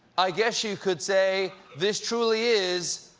i guess you could say this truly is.